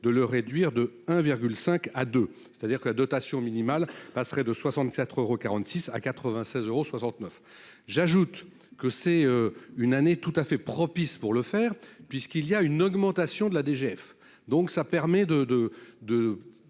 de le réduire de 1 virgule 5 à deux, c'est-à-dire que la dotation minimale passerait de 64 euros 46 à 96 euros 69, j'ajoute que c'est une année tout à fait propice pour le faire puisqu'il y a une augmentation de la DGF, donc ça permet de,